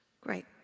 Great